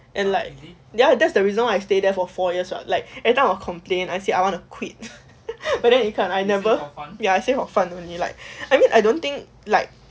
and like ya that's the reason why I stay there for four years what like every time I'll complain I say I want to quit but then you can I never ya I say for fun only like I mean I don't think like